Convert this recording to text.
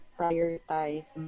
prioritize